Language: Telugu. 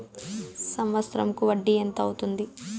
సంవత్సరం కు వడ్డీ ఎంత అవుతుంది?